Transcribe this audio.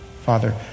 Father